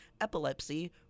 epilepsy